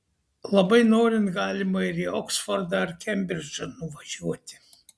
labai norint galima ir į oksfordą ar kembridžą nuvažiuoti